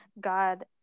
God